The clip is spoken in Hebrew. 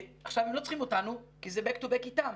הם לא צריכים אותנו כי זה back to back איתם,